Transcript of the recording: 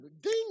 ding